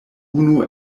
unu